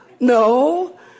No